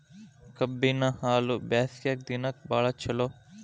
ಕಬ್ಬಿನ ಹಾಲು ಬ್ಯಾಸ್ಗಿ ದಿನಕ ಬಾಳ ಚಲೋ